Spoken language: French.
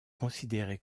considéré